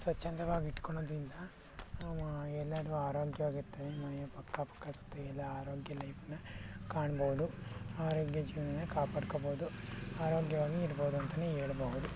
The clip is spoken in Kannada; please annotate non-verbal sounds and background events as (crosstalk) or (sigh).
ಸ್ವಚ್ಛಂದವಾಗಿಟ್ಕೊಳ್ಳೋದ್ರಿಂದ (unintelligible) ಎಲ್ಲರೂ ಆರೋಗ್ಯವಾಗಿರ್ತಾರೆ ಮನೆಯ ಪಕ್ಕ ಪಕ್ಕ ಸುತ್ತ ಎಲ್ಲ ಆರೋಗ್ಯ ಲೈಫ್ನ ಕಾಣ್ಬಹುದು ಆರೋಗ್ಯ ಜೀವನನ ಕಾಪಾಡ್ಕೊಳ್ಬೋದು ಆರೋಗ್ಯವಾಗಿ ಇರ್ಬೋದು ಅಂತಲೇ ಹೇಳ್ಬಹುದು